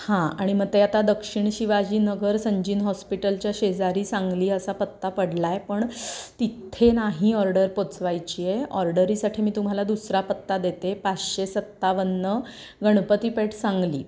हां आणि मग ते आता दक्षिण शिवाजीनगर संजीवन हॉस्पिटलच्या शेजारी सांगली असा पत्ता पडला आहे पण तिथे नाही ऑर्डर पोचवायची आहे ऑर्डरीसाठी मी तुम्हाला दुसरा पत्ता देते पाचशे सत्तावन्न गणपतीपेठ सांगली